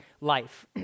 life